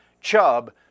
chub